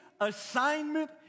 assignment